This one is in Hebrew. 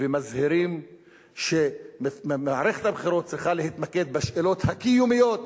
ומזהירים שמערכת הבחירות צריכה להתמקד בשאלות הקיומיות,